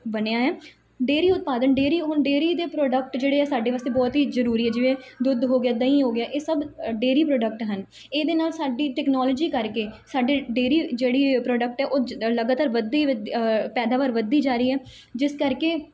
ਬਣਿਆ ਆ ਡੇਰੀ ਉਤਪਾਦਨ ਡੇਰੀ ਹੁਣ ਡੇਰੀ ਦੇ ਪ੍ਰੋਡਕਟ ਜਿਹੜੇ ਆ ਸਾਡੇ ਵਾਸਤੇ ਬਹੁਤ ਹੀ ਜ਼ਰੂਰੀ ਹੈ ਜਿਵੇਂ ਦੁੱਧ ਹੋ ਗਿਆ ਦਹੀਂ ਹੋ ਗਿਆ ਇਹ ਸਭ ਡੇਰੀ ਪ੍ਰੋਡਕਟ ਹਨ ਇਹਦੇ ਨਾਲ ਸਾਡੀ ਟੈਕਨੋਲੋਜੀ ਕਰਕੇ ਸਾਡੇ ਡੇਰੀ ਜਿਹੜੀ ਪ੍ਰੋਡਕਟ ਹੈ ਉਹ ਲਗਾਤਾਰ ਵੱਧਦੀ ਵ ਪੈਦਾਵਾਰ ਵੱਧਦੀ ਜਾ ਰਹੀ ਹੈ ਜਿਸ ਕਰਕੇ